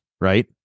right